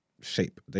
shape